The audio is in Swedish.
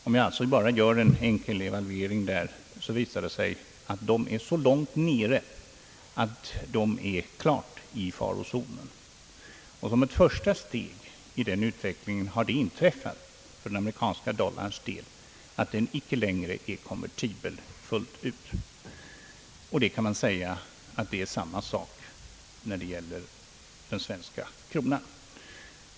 Om jag gör en enkel evalvering där, visar det sig att Förenta staterna är så långt nere att de klart befinner sig i farozonen. Som ett första steg i den utvecklingen har det för den amerikanska dollarns del inträffat, att den icke längre är fullt ut konvertibel; och detsamma kan sägas beträffande den svenska kronan.